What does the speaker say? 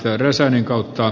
räsäsen ehdotusta